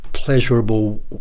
pleasurable